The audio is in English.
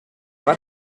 but